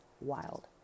wild